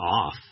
off